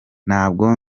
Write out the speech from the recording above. ntabwo